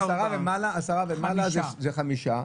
עשרה ומעלה זה חמישה.